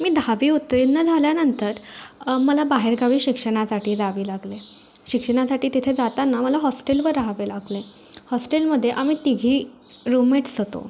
मी दहावी उत्तीर्ण झाल्यानंतर मला बाहेरगावी शिक्षणासाठी जावे लागले शिक्षणासाठी तिथे जाताना मला हॉस्टेलवर रहावे लागले हॉस्टेलमध्ये आम्ही तिघी रूममेट्स होतो